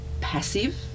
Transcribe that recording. passive